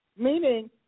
Meaning